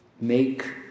make